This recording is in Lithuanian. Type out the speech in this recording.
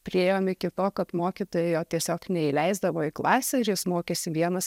priėjom iki to kad mokytojai jo tiesiog neįleisdavo į klasę ir jis mokėsi vienas